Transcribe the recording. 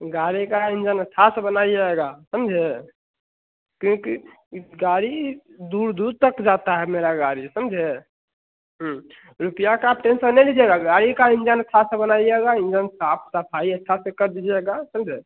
गाड़ी का इंजन अच्छा से बनाइएगा समझे क्योंकि गाड़ी दूर दूर तक जाती है मेरी गाड़ी समझे रुपया का आप टेंसन नहीं लीजिएगा गाड़ी का इंजन अच्छे से बनाइएगा इंजन साफ़ सफ़ाई अच्छे से कर दीजिएगा समझे